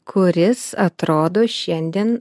kuris atrodo šiandien